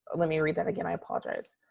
let me read that again, i apologize.